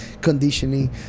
conditioning